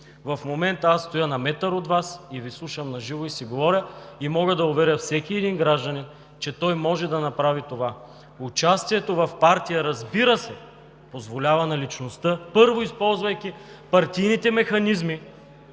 В момента аз стоя на метър от Вас и Ви слушам на живо, говоря и мога да уверя всеки един гражданин, че той може да направи това. Участието в партия, разбира се, позволява на личността, използвайки партийните механизми,